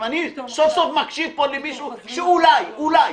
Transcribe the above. אני סוף סוף מקשיב פה למישהו שאולי אולי